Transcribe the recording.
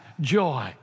Joy